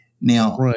Now